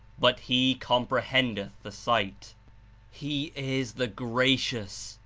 but he comprehendeth the sight he is the gracious,